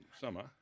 summer